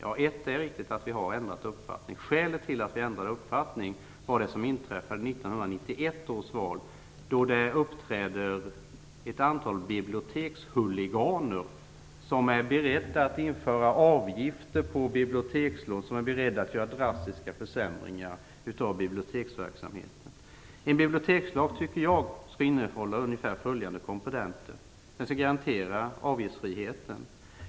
Det är riktigt att vi ändrat uppfattning och skälet till det är det som inträffade vid 1991 års val. Då uppträdde ett antal bibliotekshuliganer som var beredda att införa avgifter på bibliotekslån och som var beredda att genomföra drastiska försämringar i biblioteksverksamheten. Jag anser att en bibliotekslag skall innehålla följande komponenter. Den skall garantera avgiftsfriheten.